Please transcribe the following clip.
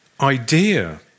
idea